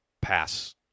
pass